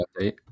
update